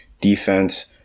defense